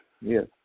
Yes